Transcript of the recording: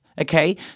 Okay